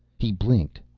he blinked,